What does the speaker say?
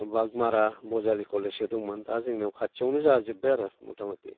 बागमारा बजालि कलेजसो दंमोन दा जोंनियाव खाथियावनो जाजोबबाय आरो मथा मथि